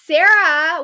Sarah